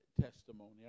testimony